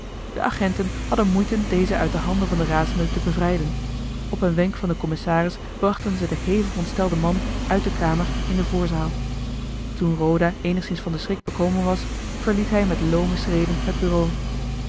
de agenten hadden moeite dezen uit de handen van den razende te bevrijden op een wenk van den commissaris brachten ze den hevig ontstelden man uit de kamer in de voorzaal toen roda eenigszins van den schrik bekomen was verliet hij met loome schreden het bureau